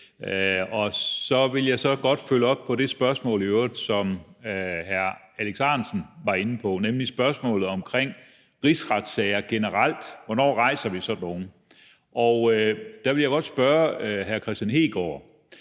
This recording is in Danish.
vil så i øvrigt godt følge op på det spørgsmål, som hr. Alex Ahrendtsen var inde på, nemlig spørgsmålet omkring rigsretssager generelt, og hvornår vi rejser sådan nogle. Der vil jeg godt spørge hr. Kristian Hegaard,